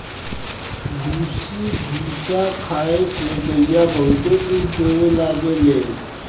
भूसी भूसा खाए से गईया बहुते दूध देवे लागेले